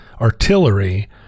artillery